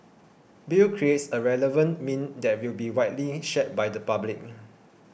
Bill creates a relevant meme that will be widely shared by the public